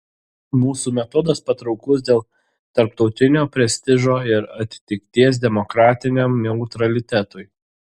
mūsų metodas patrauklus dėl tarptautinio prestižo ir atitikties demokratiniam neutralitetui